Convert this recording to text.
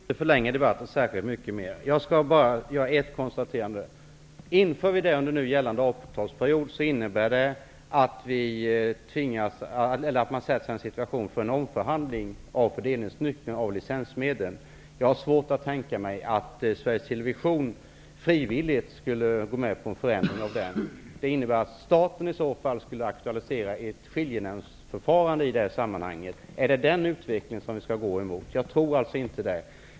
Herr talman! Jag skall inte förlänga debatten särskilt mycket mer. Jag skall bara göra ett konstaterande. Om vi inför det här förslaget under nu gällande avtalsperiod, innebär det att vi sätter oss i en situation där det blir aktuellt med en omförhandling av fördelningen av licensmedlen. Jag har svårt att tänka mig att Sveriges Television frivilligt skulle gå med på en förändring. Det innebär att staten i så fall skulle aktualisera ett skiljenämndsförfarande i det här sammanhanget. Är det den utvecklingen vi skall ha? Jag tror inte det.